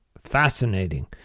fascinating